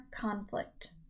conflict